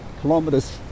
kilometers